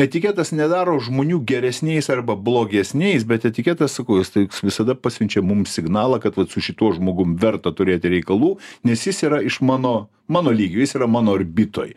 etiketas nedaro žmonių geresniais arba blogesniais bet etiketas sakau jis toks visada pasiunčia mums signalą kad vat su šituo žmogum verta turėt reikalų nes jis yra iš mano mano lygio jis yra mano orbitoj